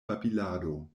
babilado